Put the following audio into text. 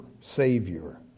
savior